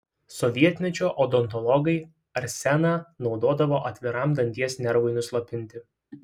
sovietmečiu odontologai arseną naudodavo atviram danties nervui nuslopinti